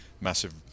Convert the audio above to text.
massive